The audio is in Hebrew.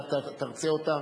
אתה תרצה אותה,